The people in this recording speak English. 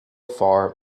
far